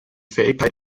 fähigkeit